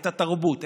את התרבות,